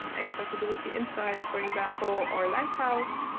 and accessibility insights, for example, or lighthouse,